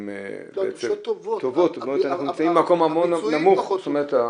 הן -- הן דרישות טובות, הביצועים פחות טובים.